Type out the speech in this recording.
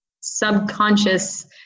subconscious